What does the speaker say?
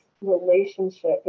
relationship